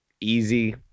easy